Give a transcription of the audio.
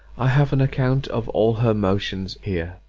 i have an account of all her motions here.